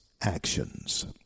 actions